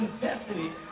destiny